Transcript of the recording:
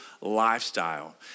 lifestyle